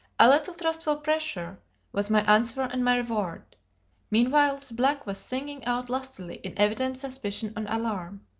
a little trustful pressure was my answer and my reward meanwhile the black was singing out lustily in evident suspicion and alarm.